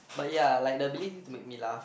but ya like the ability to make me laugh